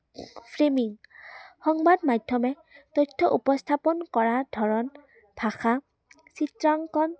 framing সংবাদ মাধ্যমে তথ্য উপস্থাপন কৰা ধৰণ ভাষা চিত্ৰাংকন